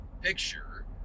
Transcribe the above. picture